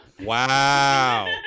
Wow